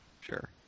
Sure